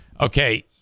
okay